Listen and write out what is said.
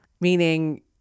meaning